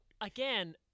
Again